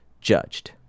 judged